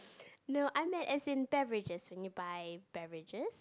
no I meant as in beverages when you buy beverages